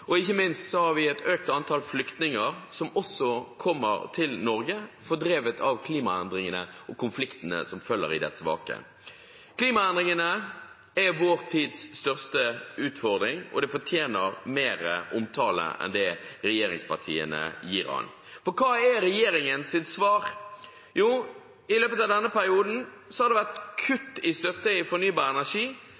Ikke minst har vi et økt antall flyktninger som også kommer til Norge, fordrevet av klimaendringene og konfliktene som følger i deres kjølvann. Klimaendringene er vår tids største utfordring. De fortjener mer omtale enn det regjeringspartiene gir dem, for hva er regjeringens svar? Jo, i løpet av denne perioden har det vært